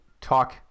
talk